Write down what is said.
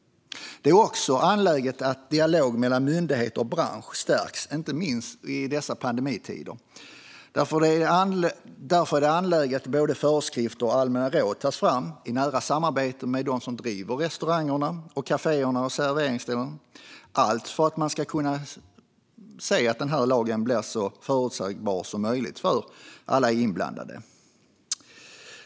Det är också angeläget att dialogen mellan myndigheter och bransch stärks, inte minst i dessa pandemitider. Därför är det angeläget att både föreskrifter och allmänna råd tas fram i nära samarbete med dem som driver restauranger, kaféer och serveringsställen - allt för att man ska kunna se att lagen blir så förutsägbar som möjligt för alla inblandade.